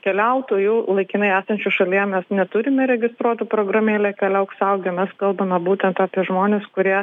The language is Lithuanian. keliautojų laikinai esančių šalyje mes neturime registruotų programėlėj keliauk saugiai mes kalbame būtent apie žmones kurie